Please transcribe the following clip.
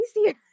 easier